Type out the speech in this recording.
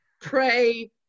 pray